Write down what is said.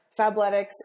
Fabletics